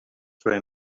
through